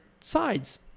sides